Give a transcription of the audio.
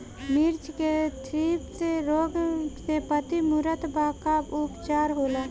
मिर्च मे थ्रिप्स रोग से पत्ती मूरत बा का उपचार होला?